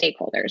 stakeholders